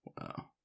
Wow